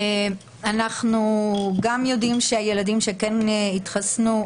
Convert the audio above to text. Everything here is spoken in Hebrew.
אנחנו יודעים שהילדים שכן התחסנו,